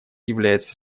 является